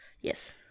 Yes